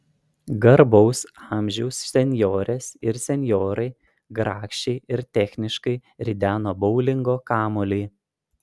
garbaus amžiaus senjorės ir senjorai grakščiai ir techniškai rideno boulingo kamuolį